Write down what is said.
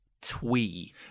twee